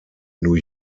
new